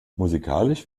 musikalisch